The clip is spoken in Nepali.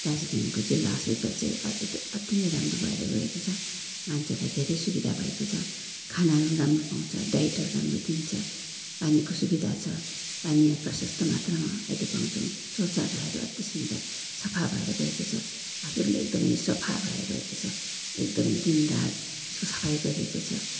दार्जिलिङको जिल्ला हस्पिटल चाहिँ अति नै राम्रो भएर गएको छ मान्छेलाई धेरै सुविधा भएको छ खानाहरू पनि राम्रो पाउँछ डाइटहरू राम्रो दिन्छ पानीको सुविधा छ पानी यहाँ प्रशस्त मात्रामा अहिले पाउँछौँ शौचालय अति सुन्दर सफा भएर गएको छ हस्पिटल एकदमै सफा भएर गएको छ एकदमै दिन रात त्यसको सफाई गरिएको छ